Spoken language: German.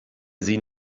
sie